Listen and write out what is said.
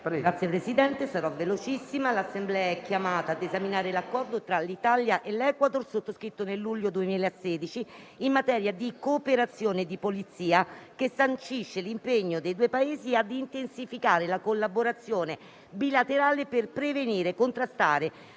Signor Presidente, l'Assemblea è chiamata a esaminare l'Accordo tra l'Italia e l'Ecuador, sottoscritto nel luglio 2016, in materia di cooperazione di polizia, che sancisce l'impegno dei due Paesi ad intensificare la collaborazione bilaterale per prevenire, contrastare